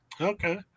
Okay